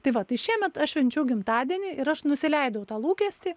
tai va tai šiemet aš švenčiau gimtadienį ir aš nusileidau tą lūkestį